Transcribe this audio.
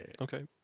Okay